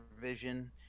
Vision